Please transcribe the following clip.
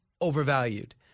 overvalued